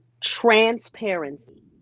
transparency